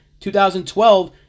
2012